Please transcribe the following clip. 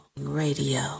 radio